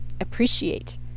appreciate